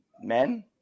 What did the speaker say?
men